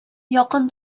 якын